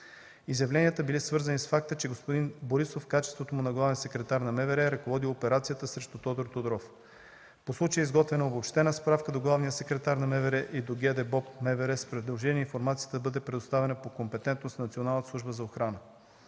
Изявленията били свързани с факта, че господин Борисов в качеството му на главен секретар на МВР е ръководил операцията срещу Тодор Тодоров. По случая е изготвена обобщена справка до главния секретар на МВР и до ГДБОП в МВР, с предложение информацията да бъде предоставена по компетентност на